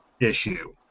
issue